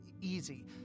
easy